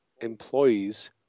employees